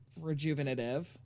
rejuvenative